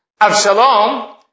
Avshalom